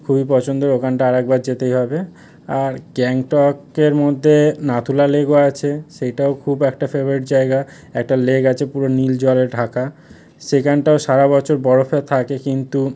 খুবই পছন্দের ওখানটা আর একবার যেতেই হবে আর গ্যাংটকের মধ্যে নাথু লা লেকও আছে সেইটাও খুব একটা ফেভারিট জায়গা একটা লেক আছে পুরো নীল জলে ঢাকা সেখানটাও সারা বছর বরফে থাকে কিন্তু